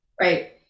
right